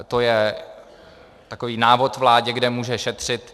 To je takový návod vládě, kde může šetřit.